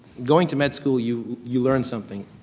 going to med school you you learn something.